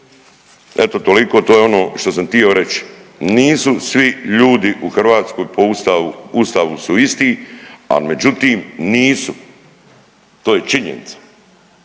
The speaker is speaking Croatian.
Eto toliko. To je ono što sam htio reć. Nisu svi ljudi u Hrvatskoj po Ustavu su isti, ali međutim nisu. To je činjenica.